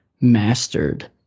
mastered